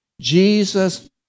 Jesus